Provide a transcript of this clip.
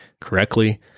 correctly